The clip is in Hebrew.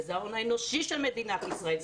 וזה ההון האנושי של מדינת ישראל,